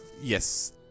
Yes